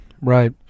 Right